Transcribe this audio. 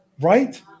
Right